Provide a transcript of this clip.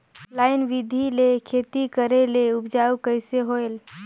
Line बिधी ले खेती करेले उपजाऊ कइसे होयल?